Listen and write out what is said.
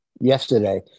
yesterday